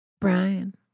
Brian